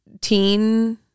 teen